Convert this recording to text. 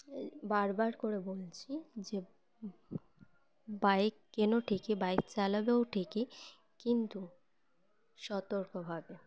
বারবারার করে বলছি যে বাইক কেনো ঠিকই বাইক চালাবেও ঠিকই কিন্তু সতর্কভাবে